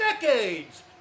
decades